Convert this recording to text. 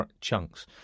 chunks